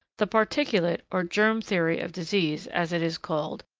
the particulate or germ theory of disease, as it is called,